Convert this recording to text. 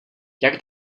jak